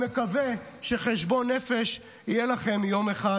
אני מקווה שחשבון נפש יהיה לכם יום אחד,